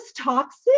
toxic